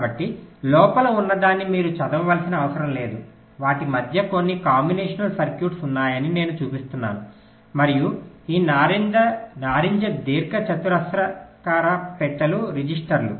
కాబట్టి లోపల ఉన్నదాన్ని మీరు చదవవలసిన అవసరం లేదు వాటి మధ్య కొన్ని కాంబినేషన్ సర్క్యూట్లు ఉన్నాయని నేను చూపిస్తున్నాను మరియు ఈ నారింజ దీర్ఘచతురస్రాకార పెట్టెలు రిజిస్టర్లు